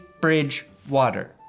Bridgewater